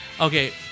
Okay